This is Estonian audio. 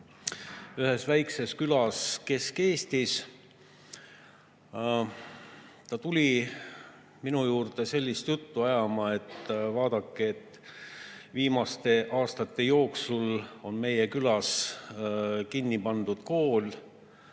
ühes väikses külas Kesk-Eestis. Ta tuli minu juurde sellist juttu ajama, et vaadake, viimaste aastate jooksul on meie külas kinni pandud kool,